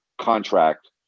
contract